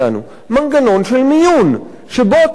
מנגנון של מיון שבו ייבדק